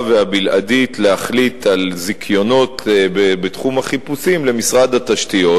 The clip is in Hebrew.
והבלעדית להחליט על זיכיונות בתחום החיפושים למשרד התשתיות.